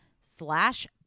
slash